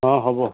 অঁ হ'ব